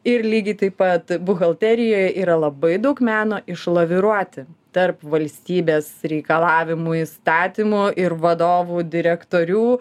ir lygiai taip pat buhalterijoj yra labai daug meno išlaviruoti tarp valstybės reikalavimų įstatymų ir vadovų direktorių